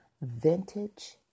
vintage